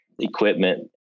equipment